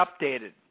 updated